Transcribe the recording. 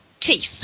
teeth